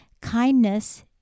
Kindness